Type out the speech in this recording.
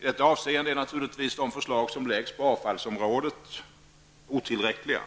I detta avseende är naturligtvis de förslag som läggs fram på avfallsområdet otillräckliga.